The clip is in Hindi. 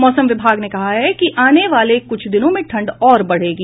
मौसम विभाग ने कहा है कि आने वाले कुछ दिनों में ठंड और बढ़ेगी